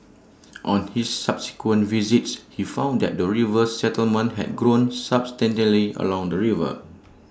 on his subsequent visits he found that the river settlement had grown substantially along the river